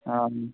অঁ